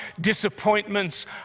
disappointments